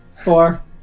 Four